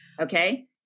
okay